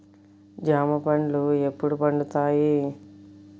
జామ పండ్లు ఎప్పుడు పండుతాయి?